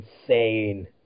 insane